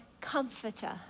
comforter